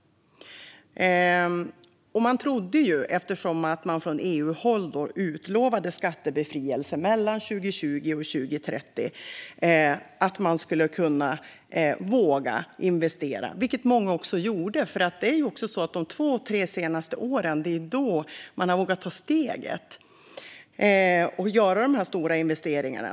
Man trodde, eftersom det från EU-håll utlovades skattebefrielse mellan 2020 och 2030, att man skulle våga investera, vilket många också gjorde. Det är under de två tre senaste åren som man har vågat ta steget och göra de här stora investeringarna.